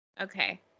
Okay